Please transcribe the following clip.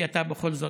כי בכל זאת,